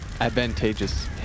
Advantageous